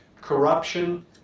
corruption